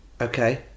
okay